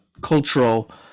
cultural